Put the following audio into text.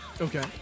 Okay